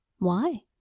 why?